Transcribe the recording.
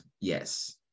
Yes